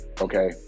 okay